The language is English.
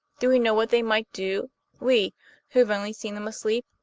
do we know what they might do we, who have only seen them asleep?